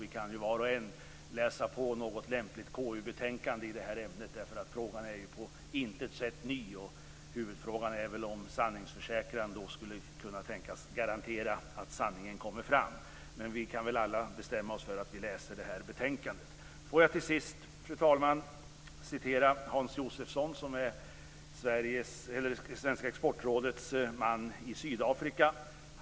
Vi kan ju var och en läsa på något lämpligt KU-betänkande i det här ämnet. Frågan är på intet sätt ny. Huvudfrågan är väl om sanningsförsäkran skulle kunna tänkas garantera att sanningen kommer fram. Men vi kan väl alla bestämma oss för att läsa det här betänkandet. Får jag till sist, fru talman, citera Hans Josefsson, som är Sveriges exportråds man i Sydafrika.